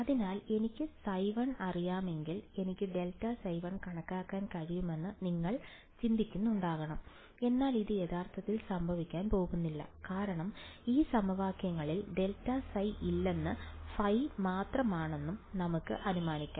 അതിനാൽ എനിക്ക് ϕ1 അറിയാമെങ്കിൽ എനിക്ക് ∇ϕ1 കണക്കാക്കാൻ കഴിയുമെന്ന് നിങ്ങൾ ചിന്തിക്കുന്നുണ്ടാകണം എന്നാൽ അത് യഥാർത്ഥത്തിൽ സംഭവിക്കാൻ പോകുന്നില്ല കാരണം ഈ സമവാക്യങ്ങളിൽ ∇ϕ ഇല്ലെന്നും ഫൈ മാത്രമാണെന്നും നമുക്ക് അനുമാനിക്കാം